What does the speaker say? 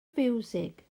fiwsig